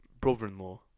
brother-in-law